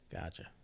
Gotcha